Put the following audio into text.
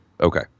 Okay